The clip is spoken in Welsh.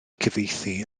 cyfieithu